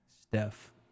Steph